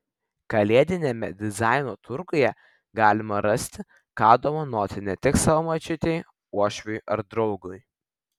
kalėdiniame dizaino turguje galima rasti ką dovanoti ne tik savo močiutei uošviui ar draugui